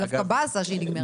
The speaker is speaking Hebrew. זה דווקא באסה שהיא נגמרת.